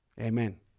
Amen